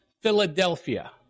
Philadelphia